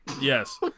Yes